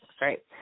right